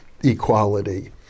equality